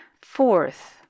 Fourth